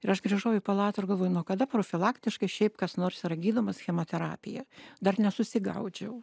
ir aš grįžau į palatą ir galvoju nuo kada profilaktiškai šiaip kas nors yra gydomas chemoterapija dar nesusigaudžiau